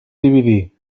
dividir